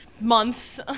months